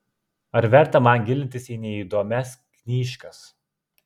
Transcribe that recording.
ar verta man gilintis į neįdomias knyžkas